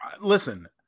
Listen